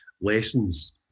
lessons